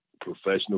professional